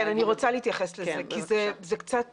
כן, אני רוצה להתייחס לזה כי זה קצת